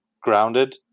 grounded